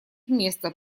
место